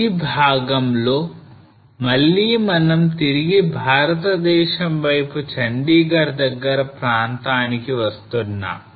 ఈ భాగంలో మళ్ళీ మనం తిరిగి భారతదేశం వైపు చండీగర్ దగ్గర ప్రాంతానికి వస్తున్నాం